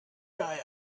guy